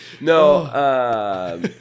No